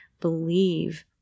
believe